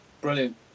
brilliant